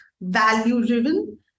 value-driven